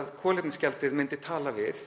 að kolefnisgjaldið myndi tala við.